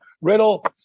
Riddle